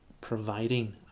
providing